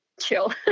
chill